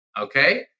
Okay